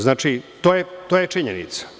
Znači, to je činjenica.